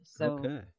Okay